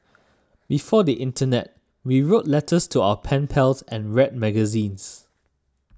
before the internet we wrote letters to our pen pals and read magazines